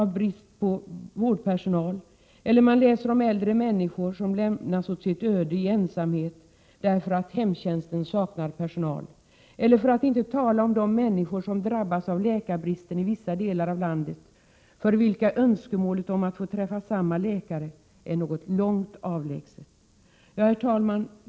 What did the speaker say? Vi läser om äldre människor som lämnats åt sitt öde i ensamhet därför att hemtjänsten saknar personal — för att inte tala om de människor som drabbas av läkarbristen i vissa delar av landet och för vilka önskemålet om att få träffa samma läkare är något mycket avlägset. Herr talman!